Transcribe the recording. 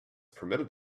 permitted